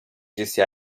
disse